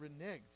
reneged